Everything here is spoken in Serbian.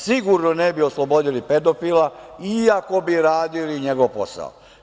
Sigurno ne bi oslobodili pedofila iako bi radili njegov posao.